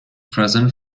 present